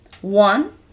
One-